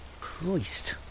Christ